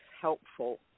helpful